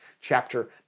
chapter